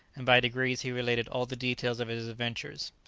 and by degrees he related all the details of his adventures.